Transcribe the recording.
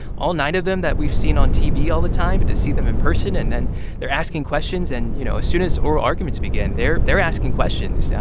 all nine of them that we've seen on tv all the time but to see them in person. and then they're asking questions. and, you know, as soon as oral arguments begin, they're they're asking questions. yeah